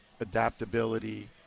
adaptability